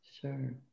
Sure